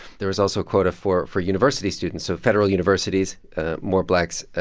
there was also a quota for for university students. so federal universities more blacks. ah